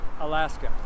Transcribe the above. Alaska